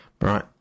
Right